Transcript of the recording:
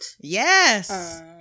Yes